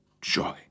joy